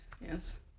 Yes